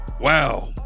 Wow